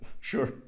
sure